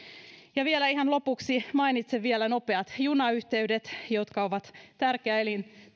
ihan lopuksi mainitsen vielä nopeat junayhteydet jotka ovat tärkeä